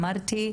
אמרתי,